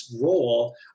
role